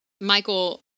Michael